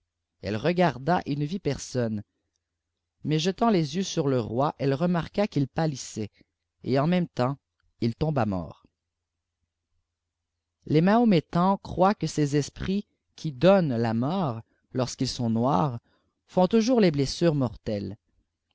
ëtie regarda et ne vit personne mais jetant les yeux sur le roi elle renjarqua quhl pâkssait et en même temps il tomba mort xics mahométans croient que ces esprijts qui donnent a mort lorsqu'ils sont noirs font toujours des blessures mortelles